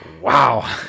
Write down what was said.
wow